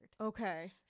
Okay